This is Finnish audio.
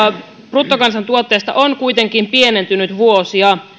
bruttokansantuotteesta on kuitenkin pienentynyt vuosia